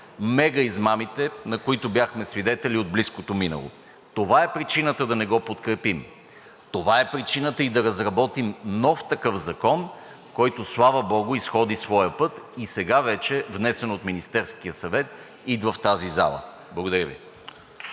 мега измамите, на които бяхме свидетели от близкото минало. Това е причината да не го подкрепим. Това е причината и да разработим нов такъв закон, който, слава богу, изходи своя път, внесен от Министерския съвет, и сега вече идва в тази зала. Благодаря Ви.